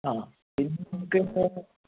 ആ പിന്നെ നമുക്ക് എന്താ